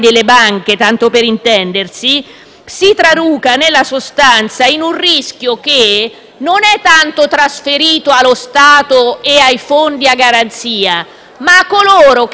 si traduca nella sostanza in un rischio che è trasferito non tanto allo Stato e ai fondi a garanzia, quanto a coloro che andranno a sottoscrivere